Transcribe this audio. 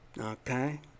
okay